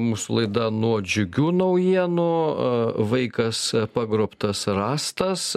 mūsų laida nuo džiugių naujienų a vaikas pagrobtas rastas